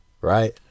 right